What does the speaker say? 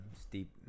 steep